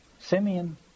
Simeon